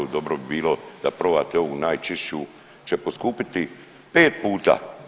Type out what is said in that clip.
Dobro bi bilo da probate ovu najčišću će poskupiti pet puta.